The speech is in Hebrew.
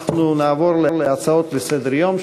נעבור להצעות לסדר-היום,